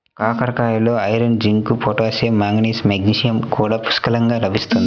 కాకరకాయలలో iron, zinc, potassium, manganese, magnesium కూడా పుష్కలంగా లభిస్తుంది